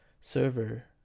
server